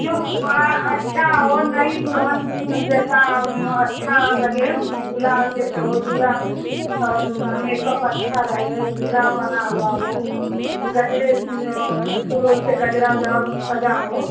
जो बड़ा अच्छा हो नई दुल्हन अब जैसा अच्छा लगे खुला जैसे हो जूड़ा और मेकअप अच्छा रहे जूरा बना हुआ हो गजरे से फूल ओल से गजरा ओजरा सजा हो